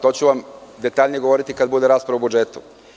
To ću vam detaljnije govoriti kada bude rasprava o budžetu.